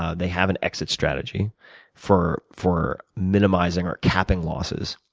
ah they have an exit strategy for for minimizing or capping losses.